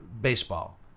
baseball